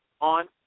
on